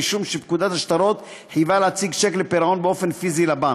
משום שפקודת השטרות חייבה להציג שיק לפירעון באופן פיזי לבנק.